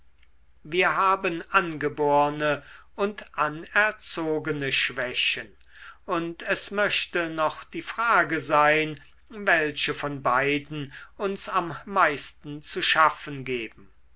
wir haben angeborne und anerzogene schwächen und es möchte noch die frage sein welche von beiden uns am meisten zu schaffen geben